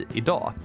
idag